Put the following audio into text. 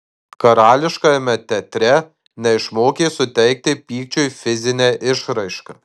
karališkajame teatre neišmokė suteikti pykčiui fizinę išraišką